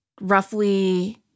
roughly